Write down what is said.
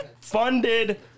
funded